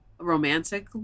romantic